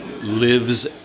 lives